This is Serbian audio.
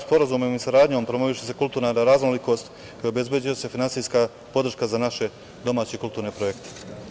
Sporazumom i saradnjom promoviše se kulturna raznolikost i obezbeđuje se finansijska podrška za naše domaće kulturne projekte.